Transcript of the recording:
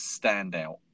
standout